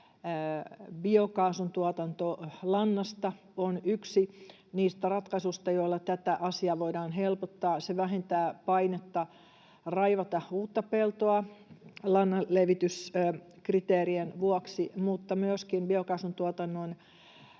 biokaasun tuotanto lannasta on yksi niistä ratkaisuista, joilla tätä asiaa voidaan helpottaa. Se vähentää painetta raivata uutta peltoa lannanlevityskriteerien vuoksi, mutta myöskin biokaasun tuotannossa